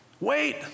Wait